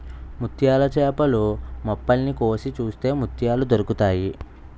ముత్యాల చేపలు మొప్పల్ని కోసి చూస్తే ముత్యాలు దొరుకుతాయి